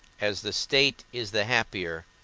as the state is the happier